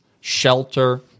shelter